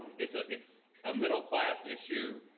it's ah it's a middle-class issue.